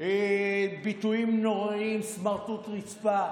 ביטויים נוראיים, "סמרטוט רצפה".